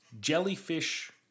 jellyfish